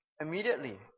immediately